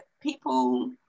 people